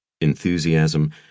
enthusiasm